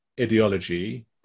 ideology